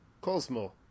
Cosmo